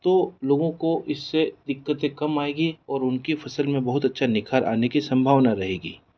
तो लोगों को इससे दिक्कतें कम आएगी और उनकी फसल में बहुत अच्छा निखार आने की संभावना रहेगी